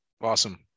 Awesome